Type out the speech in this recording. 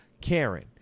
Karen